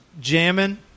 jamming